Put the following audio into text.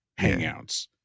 hangouts